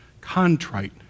contrite